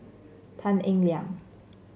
Tan Eng Liang